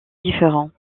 différents